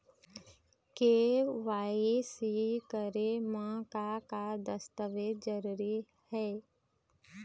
KYC करे म का का दस्तावेज जरूरी हे?